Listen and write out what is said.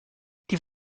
die